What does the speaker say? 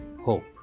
hope